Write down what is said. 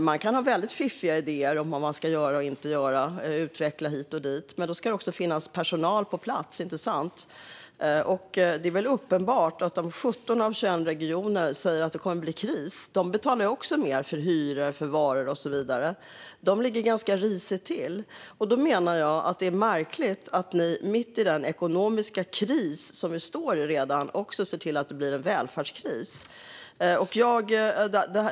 Man kan ha väldigt fiffiga idéer om vad man ska göra och inte göra, att utveckla hit och dit. Men då ska det också finnas personal på plats, inte sant? 17 av 21 regioner säger att det kommer att bli kris, för de betalar också mer för hyror, varor och så vidare. De ligger ganska risigt till. Då menar jag att det är märkligt att ni mitt i den ekonomiska kris som vi redan står i också ser till att det blir en välfärdskris.